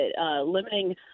limiting